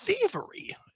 thievery